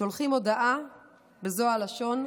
שולחים הודעה בזו הלשון.